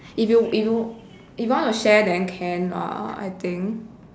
if you if you if you want to share then can lah I think